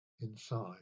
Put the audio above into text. Inside